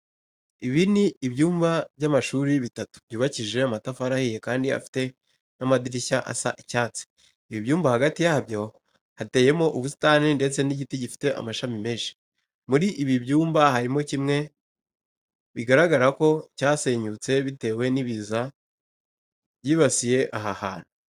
Ibi ni ibyumba by'amashuri bitatu, byubakishije amatafari ahiye kandi bifite n'amadirishya asa icyatsi. Ibi byumba hagati yabyo hateyemo ubusitani ndetse n'igiti gifite amashami menshi. Muri ibi byumba harimo kimwe bigaragara ko cyasenyutse bitewe n'ibiza byibasiye aha hantu.